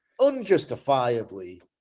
unjustifiably